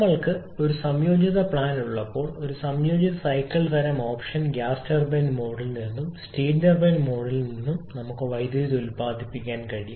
ഞങ്ങൾക്ക് ഒരു സംയോജിത പ്ലാൻ ഉള്ളപ്പോൾ ഒരു സംയോജിത സൈക്കിൾ തരം ഓപ്ഷൻ ഗ്യാസ് ടർബൈൻ മോഡിൽ നിന്നും സ്റ്റീം ടർബൈൻ മോഡിൽ നിന്നും നമുക്ക് വൈദ്യുതി ഉത്പാദിപ്പിക്കാൻ കഴിയും